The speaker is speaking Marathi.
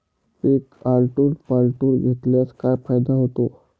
पीक आलटून पालटून घेतल्यास काय फायदा होतो?